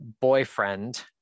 boyfriend